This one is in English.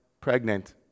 pregnant